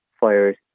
fires